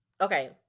okay